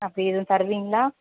அப்படி எதுவும் தருவிங்களா